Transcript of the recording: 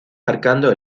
marcando